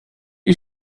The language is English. you